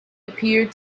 appeared